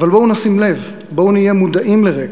אבל בואו נשים לב, בואו נהיה מודעים לרגע.